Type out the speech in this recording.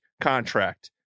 contract